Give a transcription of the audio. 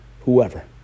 whoever